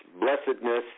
blessedness